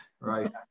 Right